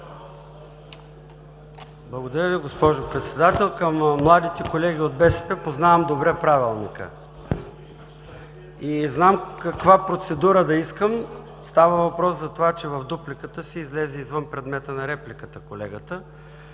Благодаря Ви, госпожо Председател. Към младите колеги от БСП – познавам добре Правилника и знам каква процедура да искам. Става въпрос за това, че колегата в дупликата си излезе извън предмета на репликата с